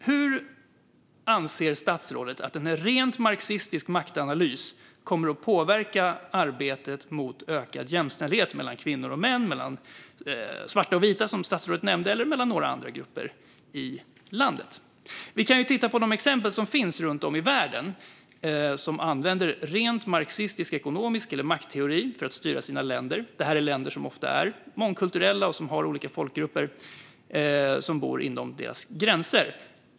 Hur anser statsrådet att en rent marxistisk maktanalys kommer att påverka arbetet för ökad jämställdhet mellan kvinnor och män, mellan svarta och vita, som statsrådet nämnde, eller mellan några andra grupper i landet? Vi kan titta på de exempel som finns runt om i världen som använder rent marxistisk-ekonomisk maktteori för att styra sina länder. Det är länder som ofta är mångkulturella och med olika folkgrupper inom gränserna.